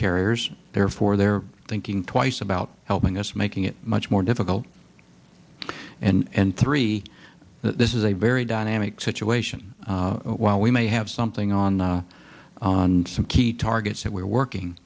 carriers therefore they're thinking twice about helping us making it much more difficult and three this is a very dynamic situation while we may have something on the on some key targets that we're working